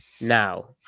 Now